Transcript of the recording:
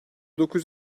dokuz